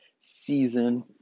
season